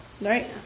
Right